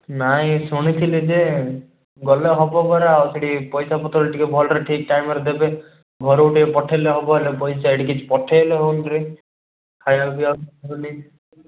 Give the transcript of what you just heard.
ନାହିଁ ଶୁଣିଥିଲି ଯେ ଗଲେ ହବ ପରା ଆଉ ସେଠି ପଇସାପତ୍ର ଟିକେ ଭଲରେ ଠିକ୍ ଟାଇମ୍ରେ ଦେବେ ଘରକୁ ପଠାଇଲେ ହବ ବେଲେ ପଇସା ଏଇଠି କିଛି ପଠାଇଲେ ବି ହେଉନି ରେ ବୋଲେ ଖାଇବା ପିଇବା ଭୁଲି ଗଲେଣି